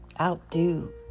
Outdo